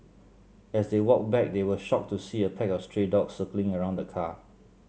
as they walked back they were shocked to see a pack of stray dogs circling around the car